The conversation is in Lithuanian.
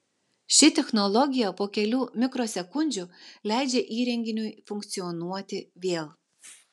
ši technologija po kelių mikrosekundžių leidžia įrenginiui funkcionuoti vėl